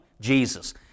Jesus